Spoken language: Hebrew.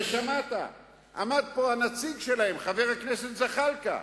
ושמעת, עמד פה הנציג שלהם, חבר הכנסת זחאלקה,